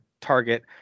target